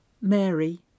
Mary